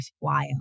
worthwhile